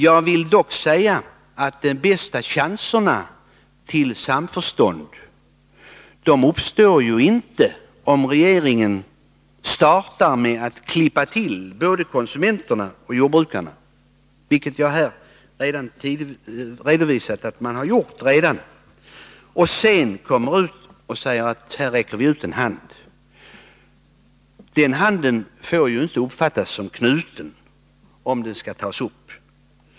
Jag vill dock säga att de bästa chanserna till samförstånd ju inte uppstår om regeringen startar med att klippa till både konsumenterna och jordbrukarna — vilket jag redovisat att man redan har gjort — och sedan kommer och säger att man räcker ut en hand. Den handen får inte uppfattas som knuten om den skall tas upp.